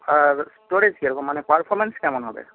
আর storage কীরকম মানে performance কেমন হবে